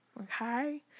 Okay